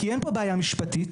אין פה בעיה משפטית.